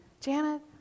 Janet